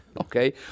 Okay